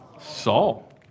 Saul